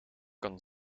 kan